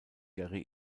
gary